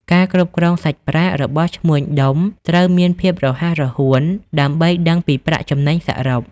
ការគ្រប់គ្រងសាច់ប្រាក់ របស់ឈ្មួញដុំត្រូវមានភាពរហ័សរហួនដើម្បីដឹងពីប្រាក់ចំណេញសរុប។